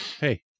Hey